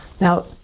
Now